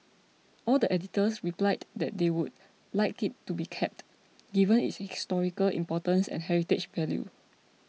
all the editors replied that they would like it to be kept given its historical importance and heritage value